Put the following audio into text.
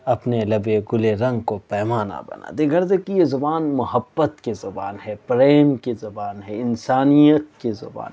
اپنے لب گل رنگ کو پیمانہ بنا دے غرض کہ یہ زبان محبت کی زبان ہے پریم کی زبان ہے انسانیت کی زبان ہے